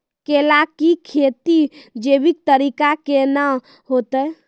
केला की खेती जैविक तरीका के ना होते?